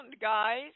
guys